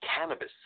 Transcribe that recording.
cannabis